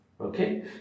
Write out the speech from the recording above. Okay